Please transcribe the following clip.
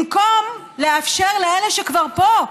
במקום לאפשר לאלה שכבר פה,